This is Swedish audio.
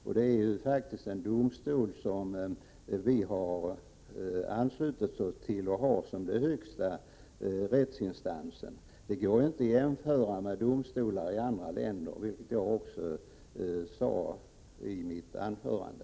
Sverige har anslutit sig till Europadomstolen och har den som högsta rättsinstans. Det går inte att jämföra med domstolar i andra länder, vilket jag också sade i mitt anförande.